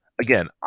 Again